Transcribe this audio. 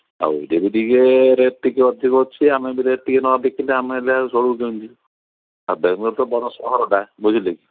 ଆଉ ଏଇଠି ବି ଟିକିଏ ରେଟ୍ ଟିକିଏ ଅଧିକ ଅଛି ଆମେ ବି ରେଟ୍ ଟିକିଏ ନ ଦେଖିଲେ ଆମେ ନହେଲେ ଆଉ ଚାଲିବୁ କେମିତି ଆଉ ବେଙ୍ଗ୍ଲୋର୍ରେ ତ ବଡ଼ ସହରଟା ବୁଝିଲେ କି